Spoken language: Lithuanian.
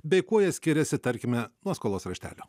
bei kuo jie skiriasi tarkime nuo skolos raštelio